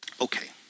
okay